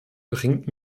bringt